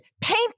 paint